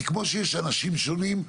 כי כמו שיש אנשים שונים,